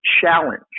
challenge